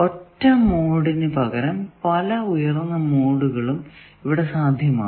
ഒറ്റ മോഡിന് പകരം പല ഉയർന്ന മോഡുകളും ഇവിടെ സാധ്യമാണ്